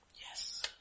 Yes